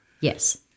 Yes